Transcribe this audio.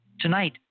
tonight